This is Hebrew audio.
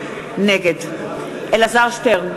נגד אלעזר שטרן,